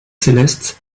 céleste